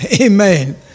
Amen